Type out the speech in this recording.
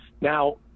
Now